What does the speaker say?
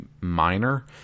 minor